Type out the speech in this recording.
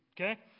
Okay